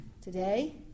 today